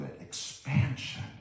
Expansion